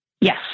Yes